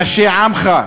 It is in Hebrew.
אנשי עמך,